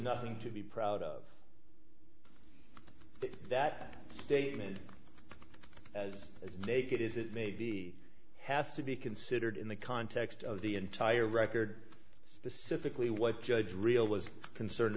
nothing to be proud of that statement as they could is it may be has to be considered in the context of the entire record specific lee what judge real was concerned